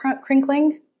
crinkling